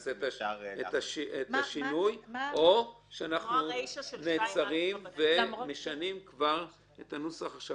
נעשה את השינוי או שאנחנו נעצרים ומשנים כבר את הנוסח עכשיו.